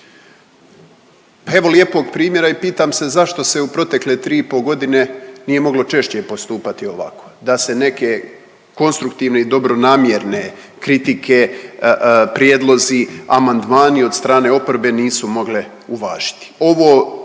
evo lijepog primjera i pitam se zašto se u protekle tri i po godine nije moglo češće postupati ovako, da se neke konstruktivne i dobronamjerne kritike, prijedlozi, amandmani od strane oporbe nisu mogle uvažiti?